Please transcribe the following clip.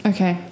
Okay